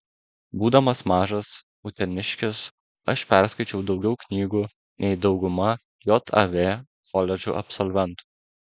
būdamas mažas uteniškis aš perskaičiau daugiau knygų nei dauguma jav koledžų absolventų